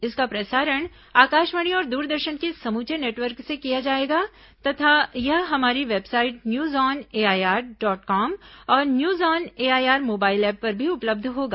इसका प्रसारण आकाशवाणी और दूरदर्शन के समूचे नेटवर्क से किया जाएगा तथा यह हमारी website news on AIR dot com और news on AIR mobile app पर भी उपलब्ध होगा